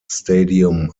stadium